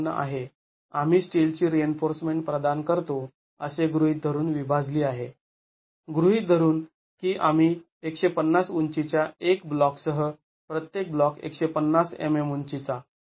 ५४ आहे आम्ही स्टीलची रिइन्फोर्समेंट प्रदान करतो असे गृहीत धरून विभाजली आहे गृहीत धरून की आम्ही १५० उंचीच्या १ ब्लॉकसह प्रत्येक ब्लॉक १५० mm उंचीचा